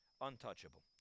untouchable